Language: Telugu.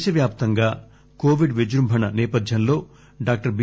దేశవ్యాప్తంగా కోవిడ్ విజృంభణ సేపధ్యంలో డాక్టర్ బి